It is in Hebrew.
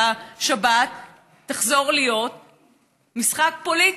והשבת תחזור להיות משחק פוליטי,